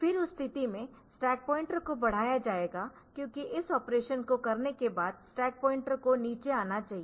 फिर उस स्थिति में स्टैक पॉइंटर को बढ़ाया जाएगा क्योंकि इस ऑपरेशन को करने के बाद स्टैक पॉइंटर को नीचे आना चाहिए